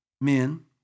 men